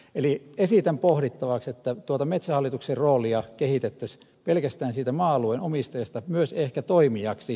eli esitän pohdittavaksi että tuota metsähallituksen roolia kehitettäisiin pelkästä maa alueen omistajasta myös ehkä toimijaksi